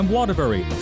Waterbury